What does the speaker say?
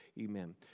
Amen